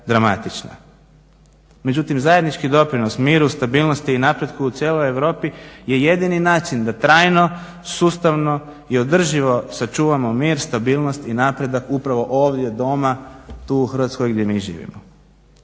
Međutim, zajednički doprinos miru, stabilnosti i napretku u cijeloj Europi je jedini način da trajno sustavno i održivo sačuvamo mir, stabilnost i napredak upravo ovdje doma, tu u Hrvatskoj gdje mi živimo.